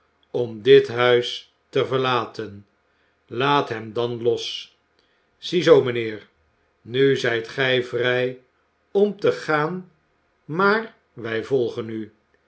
om dit huis te verlaten laat hem dan los ziezoo mijnheer nu zijt gij vrij om te gaan maar wij volgen u